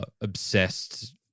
obsessed